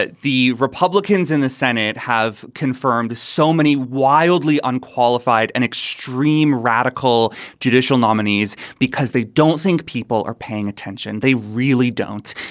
ah the republicans in the senate have confirmed so many wildly unqualified and extreme radical judicial nominees because they don't think people are paying attention. they really don't.